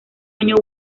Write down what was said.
año